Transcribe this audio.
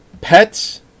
pets